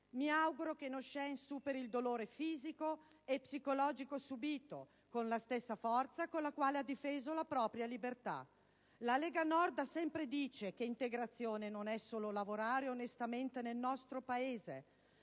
Mi auguro che Nosheen superi il dolore fisico e psicologico subito, con la stessa forza con la quale ha difeso la propria libertà. La Lega Nord da sempre dice che integrazione non è solo lavorare onestamente nel nostro Paese;